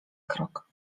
krok